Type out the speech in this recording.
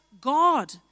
God